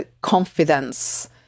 confidence